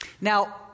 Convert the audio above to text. Now